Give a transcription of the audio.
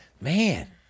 Man